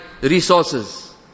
resources